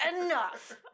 enough